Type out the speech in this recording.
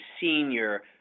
senior